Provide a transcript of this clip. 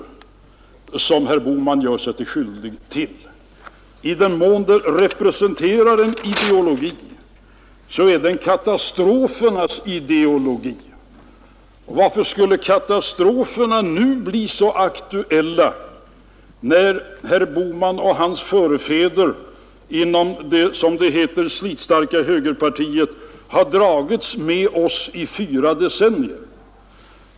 I den mån detta är uttryck för en bestämd ideologi måste jag säga att det är en katastrofernas ideologi. Varför skulle katastroferna just nu bli så aktuella, när herr Bohman och hans förfäder inom det, som det heter, slitstarka högerpartiet har dragits med oss i fyra decennier?